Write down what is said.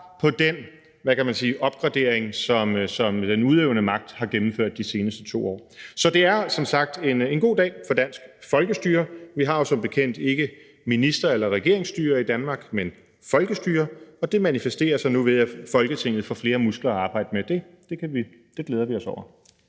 sige, opgradering, som den udøvende magt har gennemført de seneste 2 år. Så det er som sagt en god dag for dansk folkestyre. Vi har jo som bekendt ikke minister- eller regeringsstyre i Danmark, men folkestyre, og det manifesterer sig nu ved, at Folketinget får flere muskler at arbejde med. Det glæder vi os over.